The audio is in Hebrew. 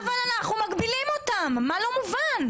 אבל אנחנו מגבילים אותם, מה לא מובן?